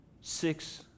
six